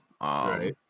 right